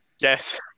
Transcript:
Yes